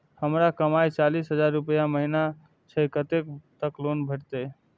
हमर कमाय चालीस हजार रूपया महिना छै कतैक तक लोन भेटते?